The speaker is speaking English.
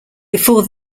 before